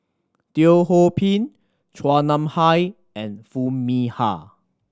Teo Ho Pin Chua Nam Hai and Foo Mee Har